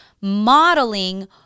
modeling